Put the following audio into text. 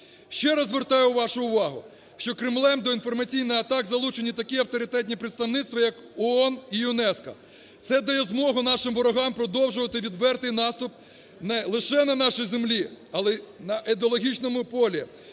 Ще раз звертаю вашу увагу, що Кремлем до інформаційних атак залучені такі авторитетні представництва як ООН і ЮНЕСКО. Це дає змогу нашим ворогам продовжувати відвертий наступ не лише на нашій землі, але на ідеологічному полі,